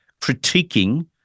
critiquing